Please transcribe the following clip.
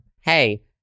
hey